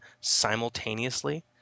simultaneously